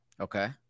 Okay